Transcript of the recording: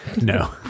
No